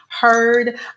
heard